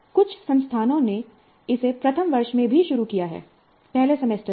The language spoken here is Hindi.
कुछ संस्थानों ने इसे प्रथम वर्ष में भी शुरू किया है पहले सेमेस्टर में भी